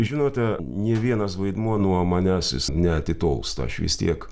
žinote nė vienas vaidmuo nuo manęs jis neatitolsta aš vis tiek